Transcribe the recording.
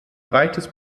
breites